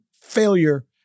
failure